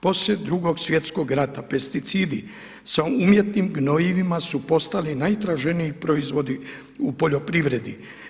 Poslije Drugog svjetskog rata pesticidi sa umjetnim gnojivima su postali najtraženiji proizvodi u poljoprivredi.